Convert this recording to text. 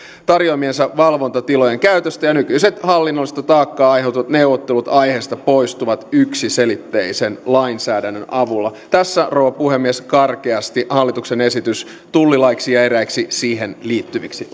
tarjoamiensa valvontatilojen käytöstä ja nykyiset hallinnollista taakkaa aiheuttavat neuvottelut aiheesta poistuvat yksiselitteisen lainsäädännön avulla tässä rouva puhemies karkeasti hallituksen esitys tullilaiksi ja eräiksi siihen liittyviksi